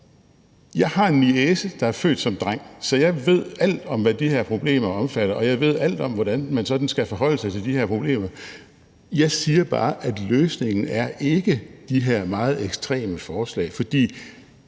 jeg har en niece, der er født som dreng, så jeg ved alt om, hvad de her problemer omfatter, og jeg ved alt om, hvordan man skal forholde sig til de her problemer. Jeg siger bare, at løsningen ikke er de her meget ekstreme forslag, for